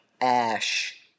ash